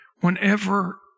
whenever